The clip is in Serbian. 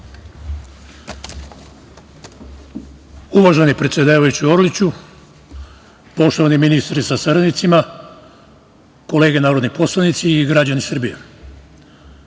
uvaženi predsedavajući, Orliću. Poštovani ministri sa saradnicima, kolege narodni poslanici i građani Srbije,